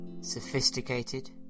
Sophisticated